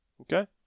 Okay